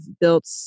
built